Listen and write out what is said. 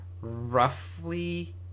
roughly